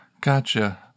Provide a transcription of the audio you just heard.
Gotcha